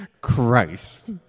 Christ